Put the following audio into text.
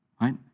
right